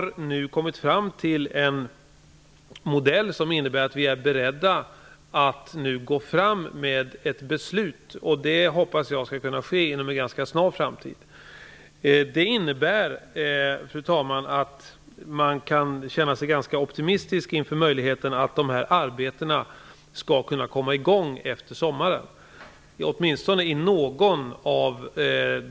Vi har nu kommit fram till en modell som innebär att vi är beredda att komma med ett beslut. Jag hoppas att det skall kunna ske inom en ganska snar framtid. Fru talman! Man kan alltså känna sig ganska optimistisk inför möjligheten att dessa arbeten skall kunna komma i gång efter sommaren, åtminstone ett av projekten.